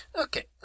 Okay